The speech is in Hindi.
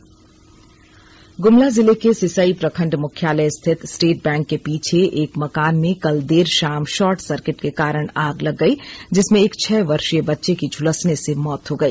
आग बच्चा झुलसा गुमला जिले के सिसई प्रखंड मुख्यालय स्थित स्टेट बैंक के पीछे एक मकान में कल देर शाम शॉर्ट सर्किट के कारण आग लग गई जिसमें एक छह वर्षीय बच्चे की झूलसने से मौत हो गई